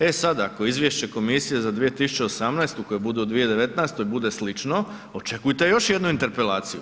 E sada, ako je izvješće komisije za 2018. koje bude u 2019. bude slično, očekujte još jednu interpelaciju.